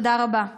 תודה רבה.